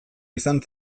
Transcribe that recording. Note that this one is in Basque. izan